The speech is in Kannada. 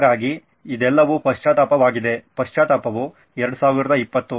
ಹಾಗಾಗಿ ಇದೆಲ್ಲವೂ ಪಶ್ಚಾತ್ತಾಪವಾಗಿದೆ ಪಶ್ಚಾತ್ತಾಪವು 2020